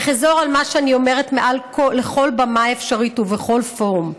אחזור על מה שאני אומרת מעל לכל במה אפשרית ובכל פורום: